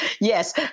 Yes